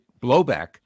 blowback